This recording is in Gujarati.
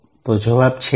તો જવાબ છે ના